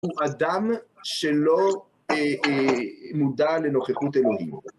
הוא אדם שלא מודע לנוכחות אלוהים.